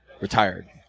Retired